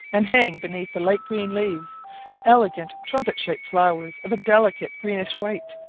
and hang beneath the light green leaves elegant trumpet-shaped flowers of a delicate greenish white,